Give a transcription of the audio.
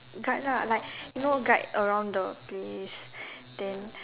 guide lah like you know guide around the place then